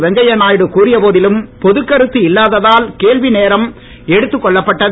வெங்கைய நாயுடு கூறிய போதிலும் பொ துக்கருத்து இல்லாததால் கேள்வி நேரம் எடுத்துக் கொள்ளப்பட்டது